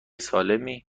سالمی